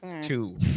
two